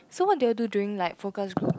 so what do you do during like focus group